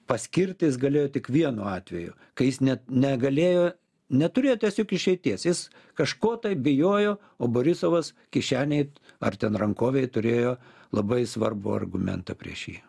paskirt jis galėjo tik vienu atveju kai jis net negalėjo neturėjo tiesiog išeities jis kažko bijojo o borisovas kišenėj ar ten rankovėj turėjo labai svarbų argumentą prieš jį